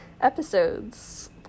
episodes